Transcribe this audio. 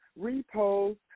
Repost